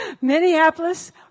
Minneapolis